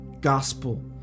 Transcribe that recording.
gospel